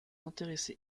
intéressé